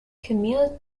commute